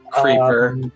Creeper